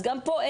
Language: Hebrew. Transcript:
אז גם פה,